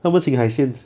那么请海鲜